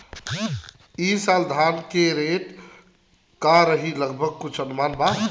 ई साल धान के रेट का रही लगभग कुछ अनुमान बा?